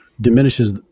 diminishes